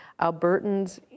Albertans